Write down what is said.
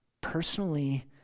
personally